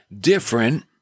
different